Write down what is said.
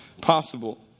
possible